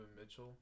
Mitchell